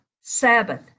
Sabbath